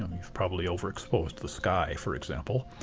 um you've probably overexposed the sky, for example.